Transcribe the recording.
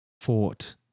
fought